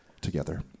together